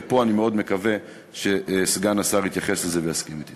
ופה אני מאוד מקווה שסגן השר יתייחס לזה ויסכים אתי.